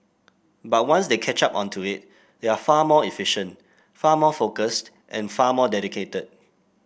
but once they catch up on to it they are far more efficient far more focused and far more dedicated